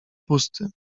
pusty